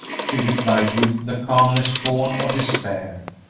she replied, with the calmness born of despair.